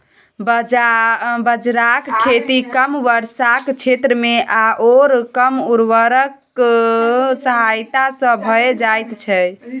बाजराक खेती कम वर्षाक क्षेत्रमे आओर कम उर्वरकक सहायता सँ भए जाइत छै